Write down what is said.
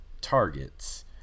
targets